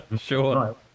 Sure